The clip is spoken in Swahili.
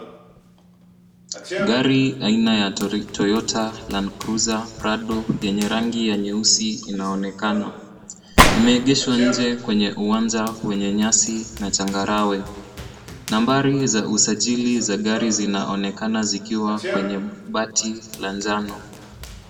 Gari aina ya toyota land cruiser prado yenye rangi ya nyeusi inaonekana. Imeegeshwa nje kwenye uwanja wenye nyasi na changarawe. Nambari za usajili za gari zinaonekana zikiwa kwenye bati la njano.